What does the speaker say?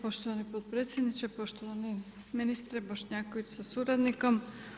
Poštovani potpredsjedniče, poštovani ministre Bošnjaković sa suradnikom.